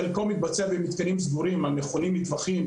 חלקו מתבצע במתקנים סגורים המכונים מטווחים,